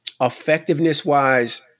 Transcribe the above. effectiveness-wise